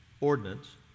ordinance